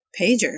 Pager